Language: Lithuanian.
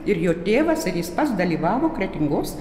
ir jo tėvas ir jis pats dalyvavo kretingos